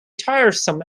tiresome